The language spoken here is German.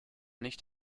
nicht